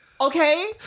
Okay